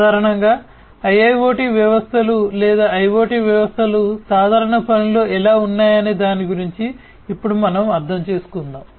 సాధారణంగా IIoT వ్యవస్థలు లేదా IoT వ్యవస్థలు సాధారణ పనిలో ఎలా ఉన్నాయనే దాని గురించి ఇప్పుడు మనం అర్థం చేసుకుందాం